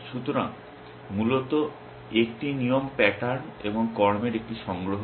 সুতরাং মূলত একটি নিয়ম প্যাটার্ন এবং কর্মের একটি সংগ্রহ